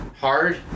hard